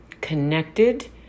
connected